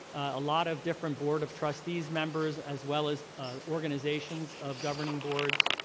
a lot of different board of trustees members as well as organizations of governing boards,